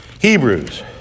hebrews